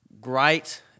great